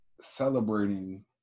celebrating